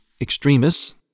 extremists